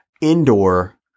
indoor